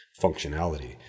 functionality